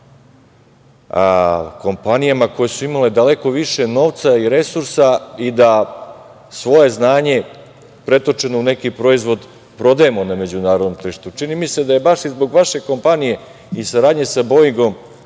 kompanijama koje su imale daleko više novca i resursa i da svoje znanje pretočeno u neki proizvod prodajemo na međunarodnom tržištu. Čini mi se da je baš i zbog vaše kompanije i saradnje sa „Boingom“,